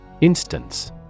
Instance